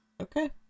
okay